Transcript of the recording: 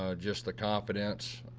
ah just the confidence